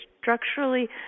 structurally